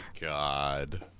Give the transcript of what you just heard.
god